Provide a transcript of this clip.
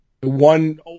one